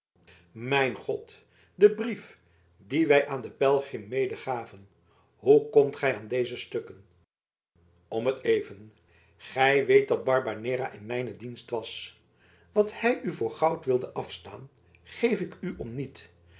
mijn god de brief dien wij aan den pelgrim medegaven hoe komt gij aan deze stukken om t even gij weet dat barbanera in mijnen dienst was wat hij u voor goud wilde afstaan geef ik u om niet